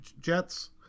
jets